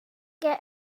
get